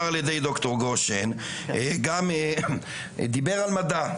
דוקטור גושן, דיבר על מדע.